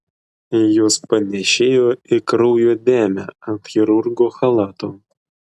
jos panėšėjo į kraujo dėmę ant chirurgo chalato